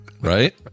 right